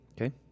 Okay